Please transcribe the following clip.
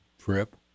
trip